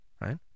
right